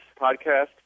podcast